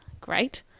great